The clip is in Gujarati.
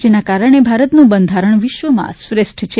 જેના કારણે ભારતનું બંધારણ વિશ્વમાં શ્રેષ્ઠ છે